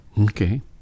Okay